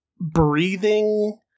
breathing